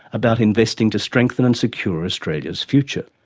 about investing to strengthen and secure australia's future.